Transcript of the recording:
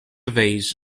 vase